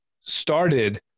started